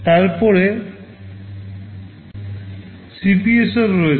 তারপরে CPSR রয়েছে